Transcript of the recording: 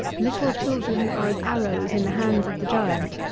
little children are as arrows in the hands of the giant,